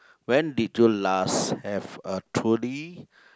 when did you last have a truly